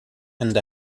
and